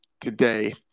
today